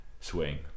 swing